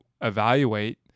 evaluate